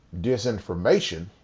disinformation